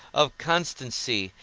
of constancy,